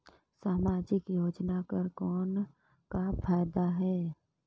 समाजिक योजना कर कौन का फायदा है?